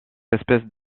espèces